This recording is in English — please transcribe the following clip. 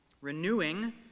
renewing